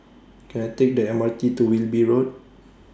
Can I Take The M R T to Wilby Road